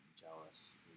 jealous